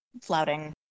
flouting